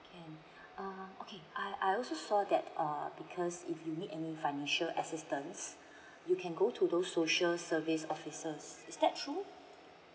can ah okay I I also saw that uh because if you need any financial assistance you can go to those social service officers is that true